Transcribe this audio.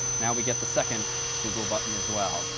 now we get the second google button as well.